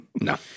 No